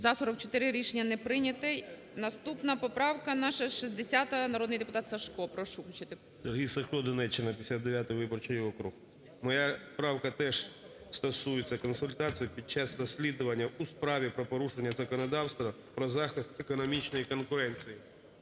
За-44 Рішення не прийнято. Наступна поправка наша 60, народний депутат Сажко. Прошу включити… 13:46:57 САЖКО С.М. Сергій Сажко, Донеччина, 59 виборчий округ. Моя правка теж стосується консультацій під час розслідування у справі про порушення законодавства про захист економічної конкуренції.